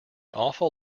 awful